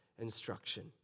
instruction